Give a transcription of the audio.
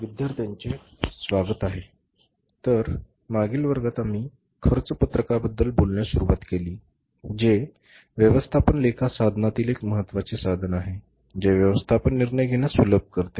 विद्यार्थ्यांचे स्वागत आहे तर मागील वर्गात आम्ही खर्च पत्रकाबद्दल बोलण्यास सुरुवात केली जे व्यवस्थापन लेखा साधनातील एक महत्त्वाचे साधन आहे जे व्यवस्थापन निर्णय घेण्यास सुलभ करते